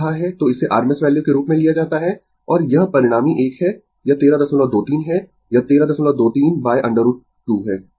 तो इसे rms value के रूप में लिया जाता है और यह परिणामी एक है यह 1323 है यह 1323√ 2 है